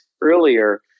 earlier